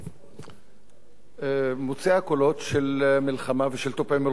מוציאה קולות של מלחמה ושל תופי מלחמה ושל מתקפה צבאית,